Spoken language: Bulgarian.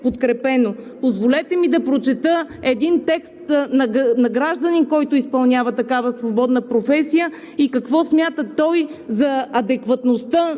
Позволете ми да прочета един текст на гражданин, който изпълнява такава свободна професия и какво смята той за адекватността